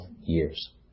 years